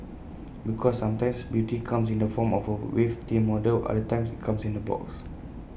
because sometimes beauty comes in the form of A waif thin model other times IT comes in A box